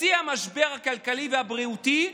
בשיא המשבר הכלכלי והבריאותי,